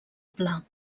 pla